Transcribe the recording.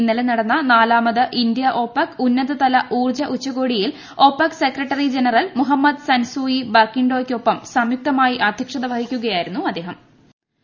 ഇന്നലെ നടന്ന നാലാമത് ഇന്ത്യ ഒപെക് ഉന്നതതല ഊർജ ഉച്ചകോടിയിൽ ഒപെക് സെക്രട്ടറി ജക്ട്റിൽ മുഹമ്മദ് സൻസൂയി ബർക്കിണ്ടോയ്ക്കൊപ്പം സംയുക്ത്മായി അദ്ധ്യക്ഷത വഹിക്കുകയായിരുന്നു അദ്ദേഹ്റ്റ്